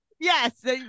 Yes